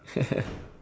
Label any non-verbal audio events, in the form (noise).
(laughs)